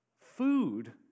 Food